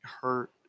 hurt